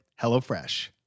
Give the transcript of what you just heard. HelloFresh